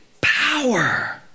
power